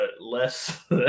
less